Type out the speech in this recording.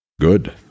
Good